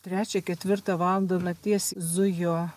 trečią ketvirtą valandą nakties zujo